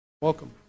Welcome